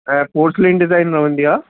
ऐं पोटलिन डिजाइन रहंदी आहे